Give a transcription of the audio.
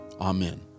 Amen